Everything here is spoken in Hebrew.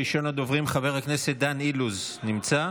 ראשון הדוברים, חבר הכנסת דן אילוז, נמצא?